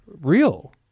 real